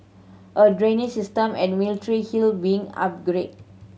a drainage system at Military Hill being upgraded